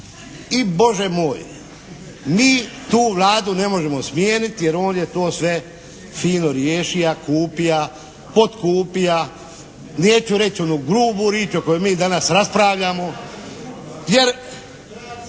I Bože moj. Mi tu Vladu ne možemo smijeniti jer on je to sve fino riješia, kupia, podkupia, neću reći onu grubu rič o kojoj mi danas raspravljamo.